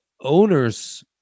owners